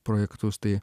projektus tai